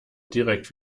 direkt